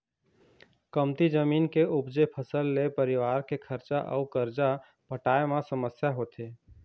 कमती जमीन के उपजे फसल ले परिवार के खरचा अउ करजा पटाए म समस्या होथे